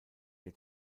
der